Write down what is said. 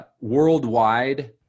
worldwide